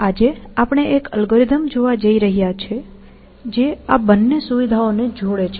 આજે આપણે એક એલ્ગોરિધમ જોવા જઈ રહ્યા છીએ જે આ બંને સુવિધાઓને જોડે છે